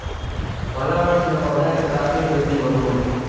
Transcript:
पहला वर्ष में पौधा के प्राथमिक वृद्धि होबो हइ